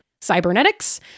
cybernetics